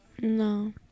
No